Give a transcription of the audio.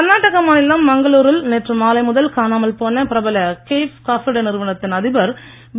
கர்நாடக மாநிலம் மங்களூரில் நேற்று மாலை முதல் காணாமல் போன பிரபல கேஃப் காபி டே நிறுவனத்தின் அதிபர் வி